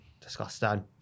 Disgusting